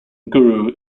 guru